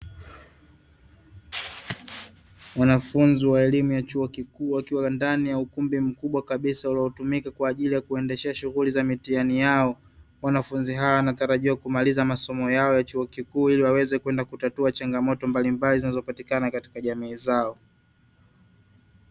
Wanafunzi wa elimu ya chuo kikuu wakiwa ndani ya ukumbi mkubwa kabisa uliotumika kwa ajili ya kuendeshe shughuli za mitihani yao, wanafunzi hawa wanatarajiwa kumaliza masono yao ya chuo kikuu ili waweze kwenda kutatua changamoto mbalimbali zinazolatikana katika jamii zao.